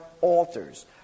altars